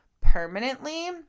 permanently